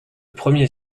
premier